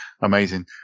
Amazing